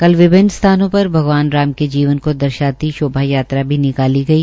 कल विभिन्न स्थानों पर भगवान राम के जीवन को दर्शाती शोभा यात्रा भी निकाली गई